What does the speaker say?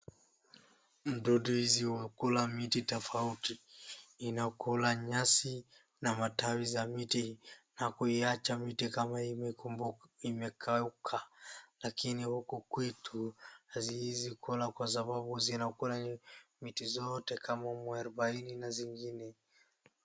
Mdudu hizi hukula miti tofauti, inakula nyasi na matawi za miti za kuiacha miti kama imekauka lakini huku kwetu haziezi kula kwa sababu zinakula miti zote kama Muarubaini na zingine.